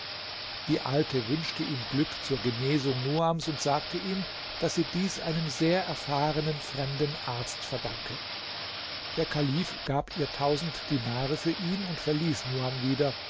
die alte wünschte ihm glück zur genesung nuams und sagte ihm daß sie dies einem sehr erfahrenen fremden arzt verdanke der kalif gab ihr tausend dinare für ihn und verließ nuam wieder